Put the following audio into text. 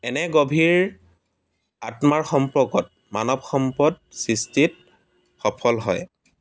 এনে গভীৰ আত্মাৰ সম্পৰ্কত মানৱ সম্পদ সৃষ্টিত সফল হয়